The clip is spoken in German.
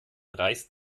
reißt